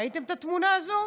ראיתם את התמונה הזאת?